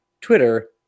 Twitter